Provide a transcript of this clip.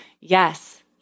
yes